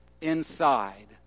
inside